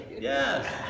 yes